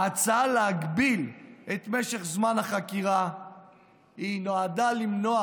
ההצעה להגביל את משך זמן החקירה נועדה למנוע